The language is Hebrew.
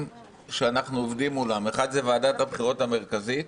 שאנחנו עובדים מולם אחד זה ועדת הבחירות המרכזית,